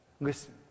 Listen